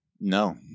No